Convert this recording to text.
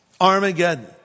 Armageddon